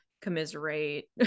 commiserate